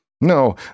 No